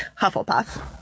Hufflepuff